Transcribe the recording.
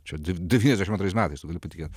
čia devyniasdešim antrais metais patikėt